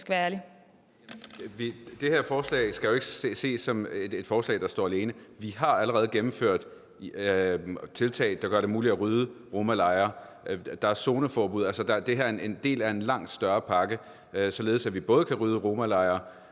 Det her forslag skal jo ikke ses som et forslag, der står alene. Vi har allerede gennemført tiltag, der gør det muligt at rydde romalejre – der er zoneforbud. Altså, det her er en del af en langt større pakke, således at vi både kan rydde romalejre,